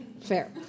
Fair